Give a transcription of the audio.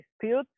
dispute